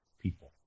people